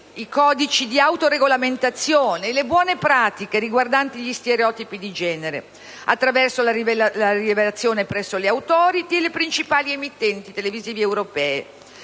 i codici di autoregolamentazione e le buone pratiche riguardanti gli stereotipi di genere, attraverso la rilevazione presso le *Authority* e le principali emittenti televisive europee,